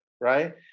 right